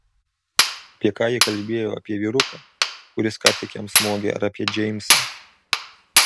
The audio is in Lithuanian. apie ką ji kalbėjo apie vyruką kuris ką tik jam smogė ar apie džeimsą